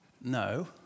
No